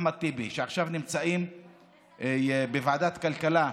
אחמד טיבי, שעכשיו נמצא בוועדת כלכלה,